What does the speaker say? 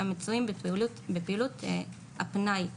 המצויים בפעילות הפנאי.